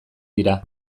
dira